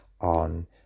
on